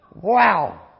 Wow